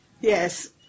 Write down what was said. yes